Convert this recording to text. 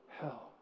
hell